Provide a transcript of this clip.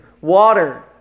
water